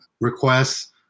requests